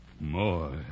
more